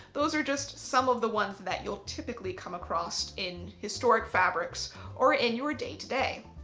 those are just some of the ones that you'll typically come across in historic fabrics or in your day to day.